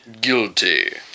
Guilty